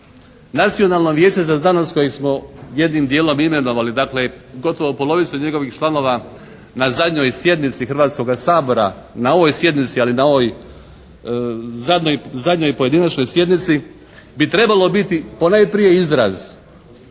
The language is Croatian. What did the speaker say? Nacionalno vijeće za znanost koji smo jednim dijelom imenovali, dakle gotovo polovicu njegovih članova na zadnjoj sjednici Hrvatskoga sabora, na ovoj sjednici, ali na ovoj zadnjoj i pojedinačnoj sjednici, bi trebalo biti ponajprije izraz